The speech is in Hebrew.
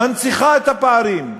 מנציחה את הפערים,